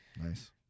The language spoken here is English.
Nice